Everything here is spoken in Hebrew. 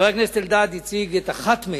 חבר הכנסת אלדד הציג אחת מהן.